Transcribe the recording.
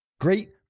great